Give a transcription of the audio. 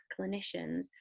clinicians